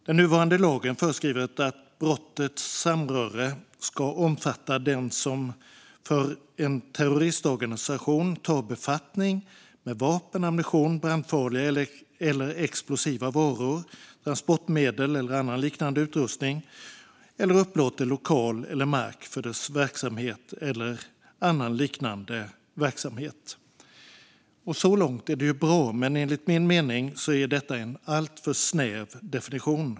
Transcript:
Den nuvarande lagen föreskriver att brottet samröre ska omfatta den som för en terroristorganisation tar befattning med vapen, ammunition, brandfarliga eller explosiva varor, transportmedel eller annan liknande utrustning eller upplåter lokal eller mark för dess verksamhet eller annan liknande verksamhet. Så långt är det bra, men enligt min mening är detta en alltför snäv definition.